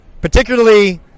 particularly